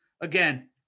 Again